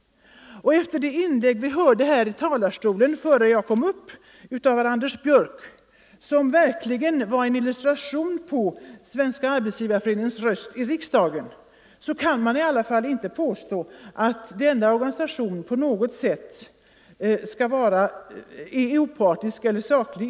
Efter det inlägg vi nyss hörde här i talarstolen av herr Anders Björck, som verkligen var ett exempel på Svenska arbetsgivareföreningens röst i riksdagen, kan man i alla fall inte påstå att denna organisation på något sätt är opartisk eller saklig.